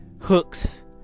Hooks